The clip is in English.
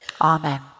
Amen